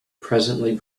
presently